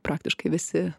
praktiškai visi